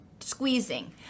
squeezing